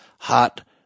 hot